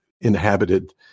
inhabited